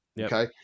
okay